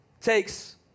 Takes